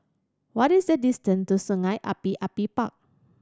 what is the distance to Sungei Api Api Park